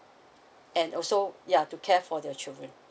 and also ya to care for the children